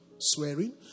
swearing